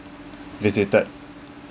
visited